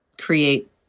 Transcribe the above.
create